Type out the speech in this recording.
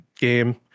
game